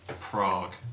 Prague